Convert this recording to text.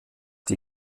die